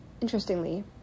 Interestingly